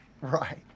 Right